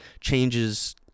changes